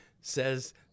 says